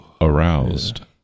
aroused